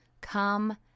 Come